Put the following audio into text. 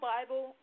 Bible